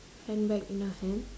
handbag in her hand